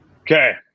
Okay